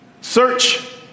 Search